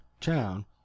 town